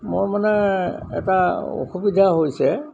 মোৰ মানে এটা অসুবিধা হৈছে